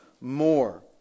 more